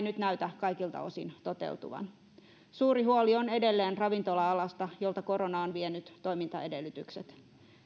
nyt näytä kaikilta osin toteutuvan suuri huoli on edelleen ravintola alasta jolta korona on vienyt toimintaedellytykset